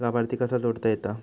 लाभार्थी कसा जोडता येता?